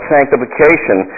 Sanctification